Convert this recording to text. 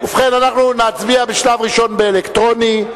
ובכן, אנחנו נצביע בשלב הראשון בהצבעה אלקטרונית.